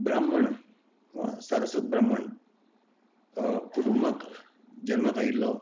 ब्राम्हण किंवां सारस्वत ब्राम्हण कुटूंबात जल्माक आयिल्लो